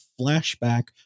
flashback